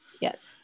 Yes